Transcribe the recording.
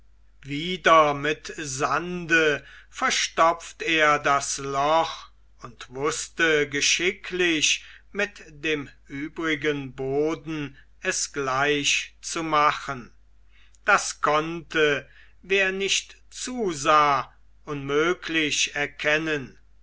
wieder mit sande verstopft er das loch und wußte geschicklich mit dem übrigen boden es gleichzumachen das konnte wer nicht zusah unmöglich erkennen